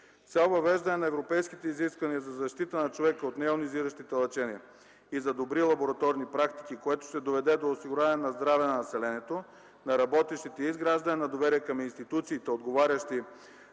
цел въвеждане на европейските изисквания за защита на човека от нейонизиращите лъчения и за добри лабораторни практики, което ще доведе до осигуряване на здраве на населението, на работещите, и изграждане на доверие към институциите, отговарящи